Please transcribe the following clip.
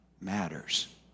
matters